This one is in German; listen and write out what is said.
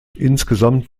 insgesamt